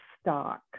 stock